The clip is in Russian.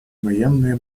военные